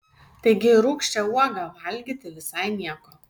taigi ir rūgščią uogą valgyti visai nieko